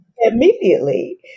immediately